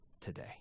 today